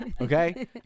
Okay